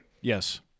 Yes